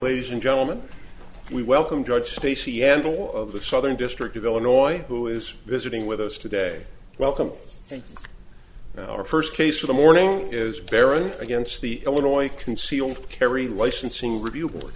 ladies and gentlemen we welcome judge stacy endl of the southern district of illinois who is visiting with us today welcome thank you our first case of the morning is baron against the illinois concealed carry licensing review board